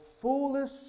foolish